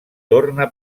torna